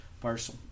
parcel